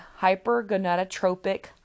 hypergonadotropic